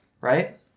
Right